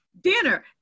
dinner